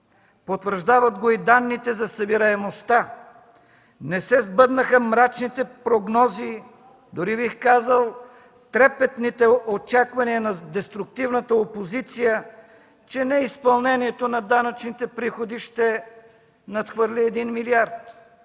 Потвърждават го и данните за събираемостта! Не се сбъднаха мрачните прогнози, дори бих казал, трепетните очаквания на деструктивната опозиция, че неизпълнението на данъчните приходи ще надхвърли един милиард!